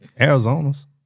Arizona's